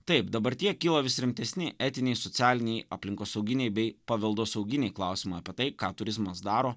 taip dabartyje kyla vis rimtesni etiniai socialiniai aplinkosauginiai bei paveldosauginiai klausimai apie tai ką turizmas daro